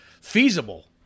feasible